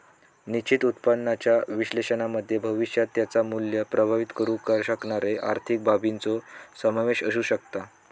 निश्चित उत्पन्नाच्या विश्लेषणामध्ये भविष्यात त्याचा मुल्य प्रभावीत करु शकणारे आर्थिक बाबींचो समावेश असु शकता